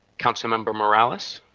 councilmember morales.